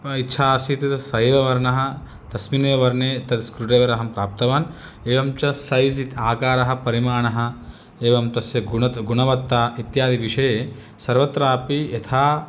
इच्छा आसीत् सैव वर्णः तस्मिन्नेव वर्णे तत् स्क्रूड्रैवर् अहं प्राप्तवान् एवं च सैज़् आकारः परिमाणः एवं तस्य गुण गुणवत्ता इत्यादिविषये सर्वत्रापि यथा